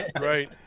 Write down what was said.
Right